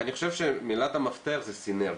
כן, ואני חושב שמילת המפתח היא סינרגיה.